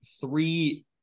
three